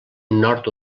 nord